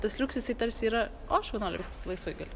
tas liuks jisai tarsi yra o šaunuolė viskas laisvai gali